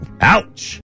Ouch